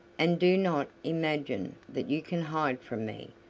and do not imagine that you can hide from me,